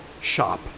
shop